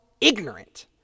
ignorant